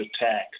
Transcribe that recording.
attack